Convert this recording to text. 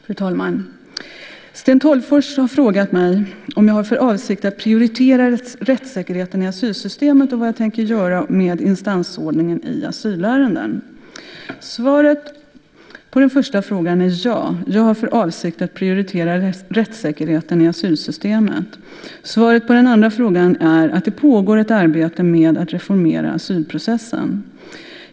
Fru talman! Sten Tolgfors har frågat mig om jag har för avsikt att prioritera rättssäkerheten i asylsystemet och vad jag vill göra med instansordningen i asylärenden. Svaret på den första frågan är ja. Jag har för avsikt att prioritera rättssäkerheten i asylsystemet. Svaret på den andra frågan är att det pågår ett arbete med att reformera asylprocessen.